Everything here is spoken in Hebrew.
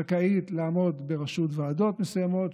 זכאית לעמוד בראשות ועדות מסוימות,